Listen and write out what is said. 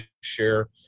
share